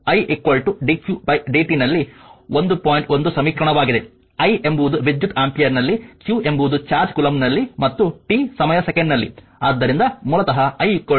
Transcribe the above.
1 ಸಮೀಕರಣವಾಗಿದೆ i ಎಂಬುದು ವಿದ್ಯುತ್ ಆಂಪಿಯರ್ನಲ್ಲಿ q ಎಂಬುದು ಚಾರ್ಜ್ ಕೂಲಂಬ್ಸ್ನಲ್ಲಿ ಮತ್ತು ಟಿ ಸಮಯ ಸೆಕೆಂಡ್ನಲ್ಲಿ